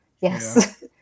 yes